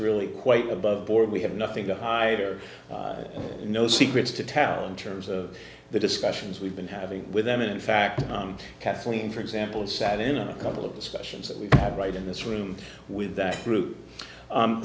really quite above board we have nothing to hide or no secrets to talon terms of the discussions we've been having with them in fact kathleen for example sat in on a couple of discussions that we have right in this room with that group